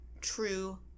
true